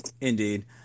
Indeed